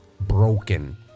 broken